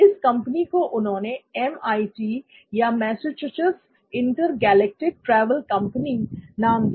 इस कंपनी को उन्होंने एमआईटी या मेसाचुसेट्स इंटरगैलेक्टिक ट्रैवल कंपनी नाम दिया